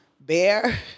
bear